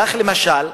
כך, למשל,